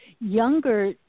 younger